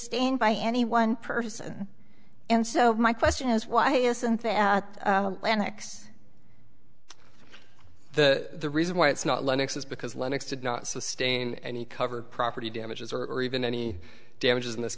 sustained by any one person and so my question is why isn't there an x the reason why it's not linux is because linux did not sustain any covered property damages or or even any damages in this